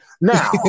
now